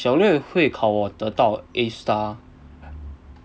会考我得到 A star